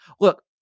look